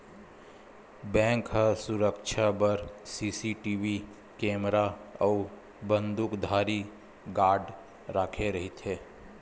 bank ह सुरक्छा बर सीसीटीवी केमरा अउ बंदूकधारी गार्ड राखे रहिथे